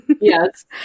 yes